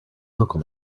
local